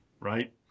right